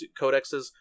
codexes